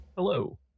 Hello